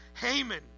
haman